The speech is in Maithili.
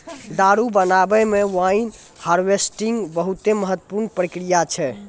दारु बनाबै मे वाइन हार्वेस्टिंग बहुते महत्वपूर्ण प्रक्रिया छै